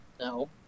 No